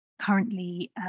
currently